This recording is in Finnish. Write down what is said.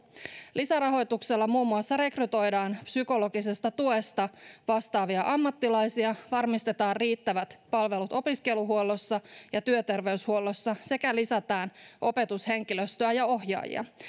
lisärahoituksella muun muassa rekrytoidaan psykologisesta tuesta vastaavia ammattilaisia varmistetaan riittävät palvelut opiskeluhuollossa ja työterveyshuollossa sekä lisätään opetushenkilöstöä ja ohjaajia